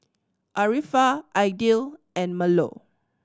Arifa Aidil and Melur